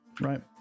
right